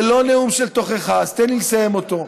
זה לא נאום של תוכחה, אז תן לי לסיים אותו.